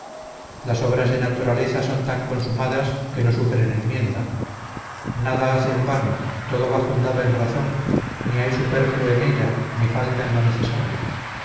las obras de naturaleza son tan consumadas que no sufren enmienda nada hace en vano todo va fundado en razón ni hay superfluo en ella ni falta en lo necesario